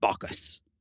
Bacchus